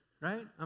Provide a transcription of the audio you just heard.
Right